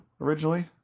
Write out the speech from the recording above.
originally